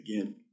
again